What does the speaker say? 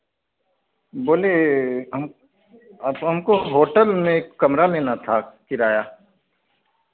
बोले हम तो हमको होटल में एक कमरा लेना था किराया